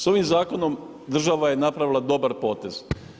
S ovim Zakonom država je napravila dobar potez.